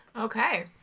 Okay